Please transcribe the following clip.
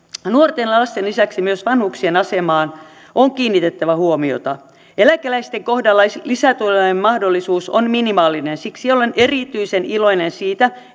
ja lasten lisäksi myös vanhuksien asemaan on kiinnitettävä huomiota eläkeläisten kohdalla lisätulojen mahdollisuus on minimaalinen siksi olen erityisen iloinen siitä